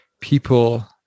people